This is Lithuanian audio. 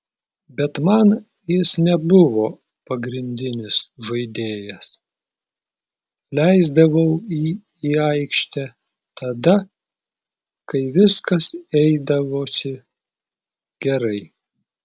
bet man jis nebuvo pagrindinis žaidėjas leisdavau jį į aikštę tada kai viskas eidavosi gerai